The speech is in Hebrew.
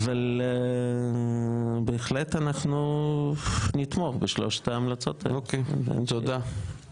בהמשך לישיבת ועדת הכנסת אתמול שבה אושר תיקון